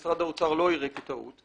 זה משרד האוצר לא יראה כטעות,